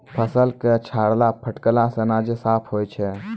फसल क छाड़ला फटकला सें अनाज साफ होय जाय छै